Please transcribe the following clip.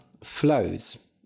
flows